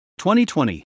2020